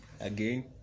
again